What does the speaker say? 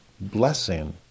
blessing